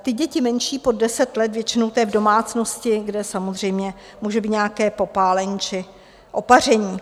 Ty děti menší, pod deset let, většinou je to v domácnosti, kde samozřejmě může být nějaké popálení či opaření.